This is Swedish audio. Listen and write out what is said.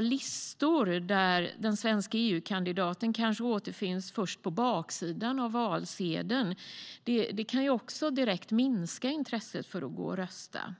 Listor där den svenska EU-kandidaten kanske återfinns först på baksidan av valsedeln kan direkt minska intresset för att rösta.